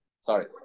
sorry